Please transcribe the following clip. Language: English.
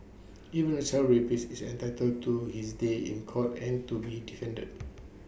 even A child rapist is entitled to his day in court and to be defended